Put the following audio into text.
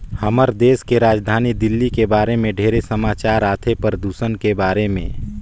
हमर देश के राजधानी दिल्ली के बारे मे ढेरे समाचार आथे, परदूषन के बारे में